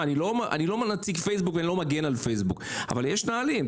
אני לא נציג פייסבוק ואני לא מגן על פייסבוק אבל יש נהלים.